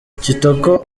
kitoko